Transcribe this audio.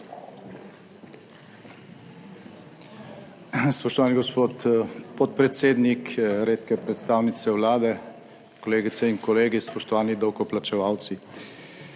Spoštovani gospod podpredsednik, redke predstavnice Vlade, kolegice in kolegi! Spoštovani davkoplačevalci!